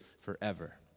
forever